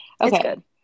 okay